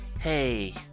hey